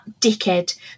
dickhead